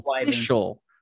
official